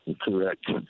Correct